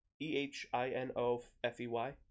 E-H-I-N-O-F-E-Y